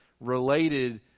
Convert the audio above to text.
related